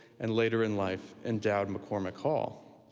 and later in life endowed mccormick hall.